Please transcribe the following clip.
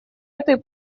этой